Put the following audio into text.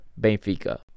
Benfica